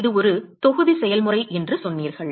இது ஒரு தொகுதி செயல்முறை என்று சொன்னீர்கள்